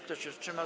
Kto się wstrzymał?